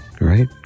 right